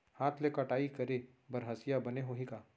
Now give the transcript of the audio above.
हाथ ले कटाई करे बर हसिया बने होही का?